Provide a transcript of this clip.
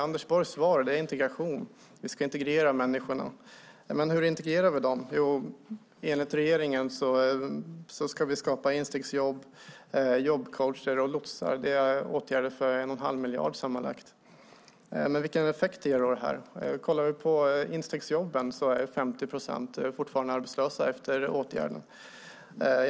Anders Borgs svar är att vi ska integrera människorna. Men hur integrerar vi dem? Jo, enligt regeringen ska vi skapa instegsjobb, jobbcoacher och lotsar - åtgärder för sammanlagt 1 1⁄2 miljard. Vilka effekter ger då det här? Ja, 50 procent är fortfarande arbetslösa efter åtgärden med instegsjobb.